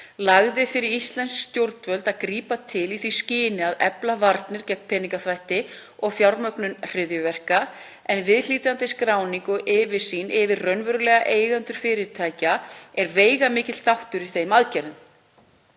lagði fyrir íslensk stjórnvöld að grípa til í því skyni að efla varnir gegn peningaþvætti og fjármögnun hryðjuverka, en viðhlítandi skráning og yfirsýn yfir raunverulega eigendur fyrirtækja er veigamikill þáttur í þeim aðgerðum.